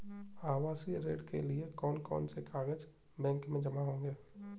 आवासीय ऋण के लिए कौन कौन से कागज बैंक में जमा होंगे?